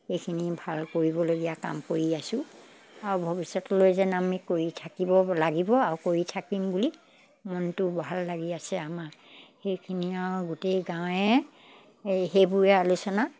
এইখিনি ভাল কৰিবলগীয়া কাম কৰি আছোঁ আৰু ভৱিষ্যতলৈ যেন আমি কৰি থাকিব লাগিব আৰু কৰি থাকিম বুলি মনটো ভাল লাগি আছে আমাৰ সেইখিনি আৰু গোটেই গাঁৱে এই সেইবোৰে আলোচনা